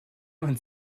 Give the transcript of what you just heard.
jemand